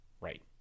Right